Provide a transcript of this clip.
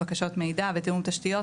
בקשות מידע ותיאום תשתיות,